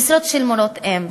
משרות של מורות אֵם.